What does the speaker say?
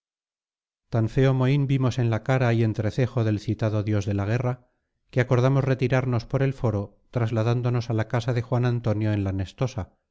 tan feo mohín vimos en la cara y entrecejo del citado dios de la guerra que acordamos retirarnos por el foro trasladándonos a la casa de juan antonio en la nestosa